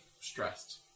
stressed